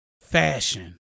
fashion